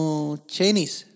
Chinese